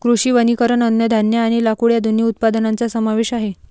कृषी वनीकरण अन्नधान्य आणि लाकूड या दोन्ही उत्पादनांचा समावेश आहे